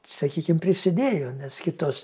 sakykim prisidėjo nes kitos